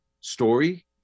story